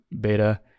beta